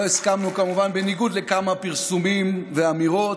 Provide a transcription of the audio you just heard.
כמובן, בניגוד לכמה פרסומים ואמירות,